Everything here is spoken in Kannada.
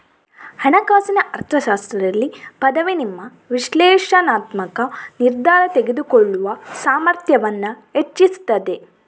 ಹಣಕಾಸಿನ ಅರ್ಥಶಾಸ್ತ್ರದಲ್ಲಿ ಪದವಿ ನಿಮ್ಮ ವಿಶ್ಲೇಷಣಾತ್ಮಕ ನಿರ್ಧಾರ ತೆಗೆದುಕೊಳ್ಳುವ ಸಾಮರ್ಥ್ಯವನ್ನ ಹೆಚ್ಚಿಸ್ತದೆ